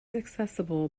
accessible